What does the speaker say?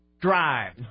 drive